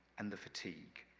and the fatigue.